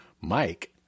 Mike